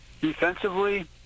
Defensively